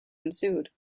ensued